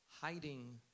hiding